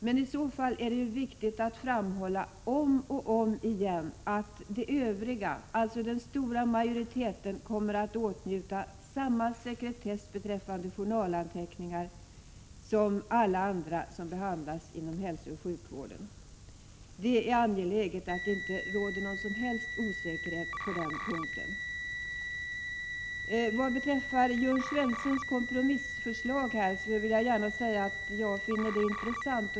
Men i så fall är det viktigt att om och om igen framhålla att övriga, alltså den stora majoriteten, kommer att åtnjuta samma sekretess beträffande journalanteckningar som alla andra som behandlas inom hälsooch sjukvården. Det är angeläget att det inte råder någon som helst osäkerhet på den punkten. Vad beträffar Jörn Svenssons kompromissförslag här vill jag gärna säga att jag finner det intressant.